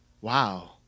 Wow